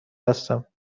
هستم